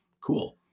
Cool